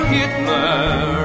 Hitler